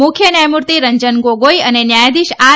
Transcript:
મુખ્ય ન્યાયમૂર્તિ રંજન ગોગોઇ અને ન્યાયાધીશ આર